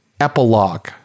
epilogue